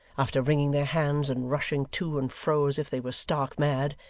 after wringing their hands and rushing to and fro as if they were stark mad,